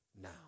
now